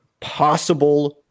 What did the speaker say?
possible